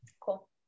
cool